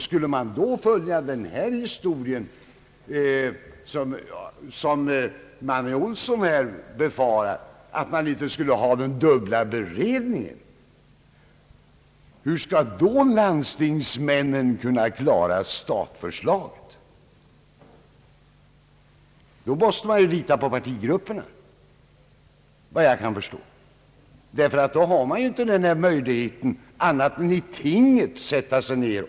Skulle det bli som herr Manne Olsson befarat, att man inte får den dubbla beredningen, hur skall då landstingsmännen kunna klara statförslaget? Då måste man lita på partigrupperna, såvitt jag förstår, ty då har man inte möjlighet att ändra annat än i tinget.